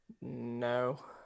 No